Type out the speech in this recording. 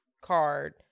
card